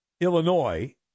Illinois